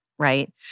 right